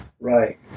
Right